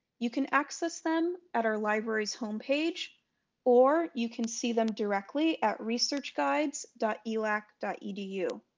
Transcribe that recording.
you can access them at our library's homepage or you can see them directly at researchguides elac edu